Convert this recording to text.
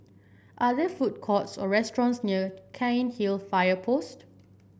are there food courts or restaurants near Cairnhill Fire Post